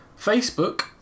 Facebook